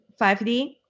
5d